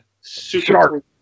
super